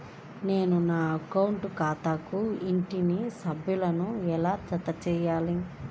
నేను నా అకౌంట్ ఖాతాకు ఇంట్లోని సభ్యులను ఎలా జతచేయాలి?